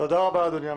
תודה רבה אדוני המנכ"ל.